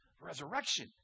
Resurrection